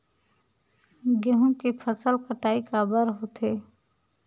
गेहूं के फसल कटाई काबर होथे?